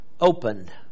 opened